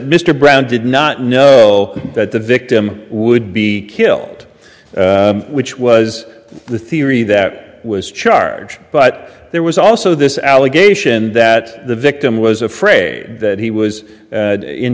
mr brown did not know that the victim would be killed which was the theory that was charged but there was also this allegation that the victim was afraid that he was